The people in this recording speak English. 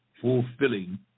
fulfilling